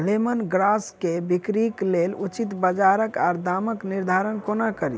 Lemon grass केँ बिक्रीक लेल उचित बजार आ दामक निर्धारण कोना कड़ी?